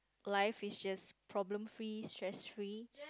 life is just problem free stress free